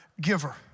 giver